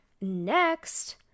Next